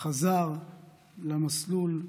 חזר למסלול,